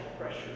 pressure